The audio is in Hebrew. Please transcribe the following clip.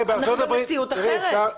אנחנו חיים במציאות אחרת.